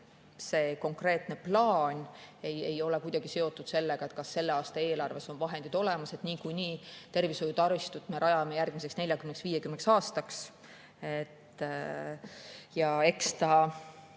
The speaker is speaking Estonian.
see konkreetne plaan ei ole kuidagi seotud sellega, kas selle aasta eelarves on vahendid olemas. Niikuinii tervishoiutaristu me rajame järgmiseks 40–50 aastaks.